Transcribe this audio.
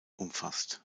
umfasst